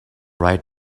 right